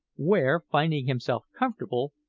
where, finding himself comfortable,